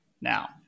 now